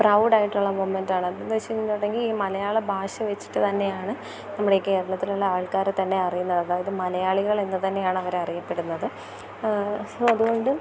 പ്രൗഢായിട്ടുള്ള moment ആണത് അത് എന്ന് വെച്ചിട്ടുണ്ടെങ്കിൽ ഈ മലയാള ഭാഷ വെച്ചിട്ടു തന്നെയാണ് നമ്മുടെയൊക്കെ കേരളത്തിലുള്ള ആൾക്കാരെ തന്നെ അറിയുന്നത് അതായത് മലയാളികൾ എന്നു തന്നെയാണ് അവരെ അറിയപ്പെടുന്നത് അതുകൊണ്ടും